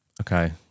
Okay